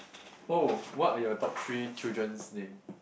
oh what are your top three children's name